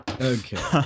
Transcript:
Okay